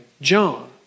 John